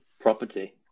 property